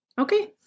Okay